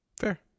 Fair